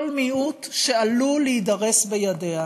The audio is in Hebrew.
כל מיעוט שעלול להידרס על-ידיה.